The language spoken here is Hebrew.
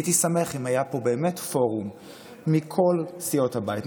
והייתי שמח אם היה פה באמת פורום מכל סיעות הבית,